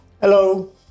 Hello